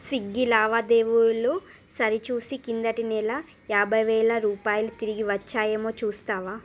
Swiggy లావాదేవీలు సరిచూసి క్రిందటి నెల యాభై వేలు రూపాయలు తిరిగి వచ్చాయేమో చూస్తావా